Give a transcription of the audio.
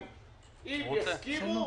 אם יסכימו